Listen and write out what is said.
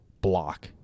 block